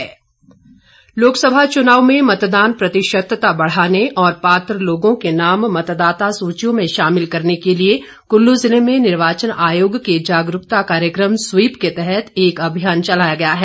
Kullu sweep लोकसभा चुनाव में मतदान प्रतिशतता बढ़ाने और पात्र लोगों के नाम मतदाता सूचियों में शामिल करने के लिए कुल्लू जिले में निर्वाचन आयोग के जागरूकता कार्यक्रम स्वीप के तहत एक अभियान चलाया गया है